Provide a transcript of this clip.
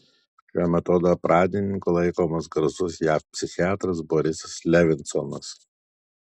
šio metodo pradininku laikomas garsus jav psichiatras borisas levinsonas